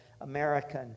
American